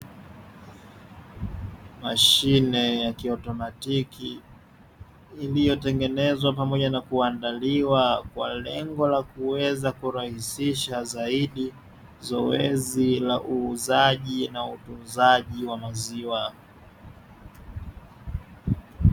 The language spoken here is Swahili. Mashine ya kiautomatiki iliyotengenezwa pamoja na kuweza kuandaliwa, kwa lengo la kuweza kurahisisha zaidi zoezi la uuzaji na ununuaji wa maziwa.